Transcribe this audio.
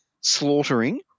slaughtering